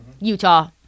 Utah